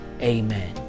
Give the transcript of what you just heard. amen